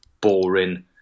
boring